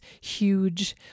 huge